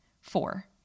Four